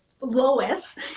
Lois